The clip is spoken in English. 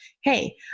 Hey